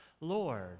Lord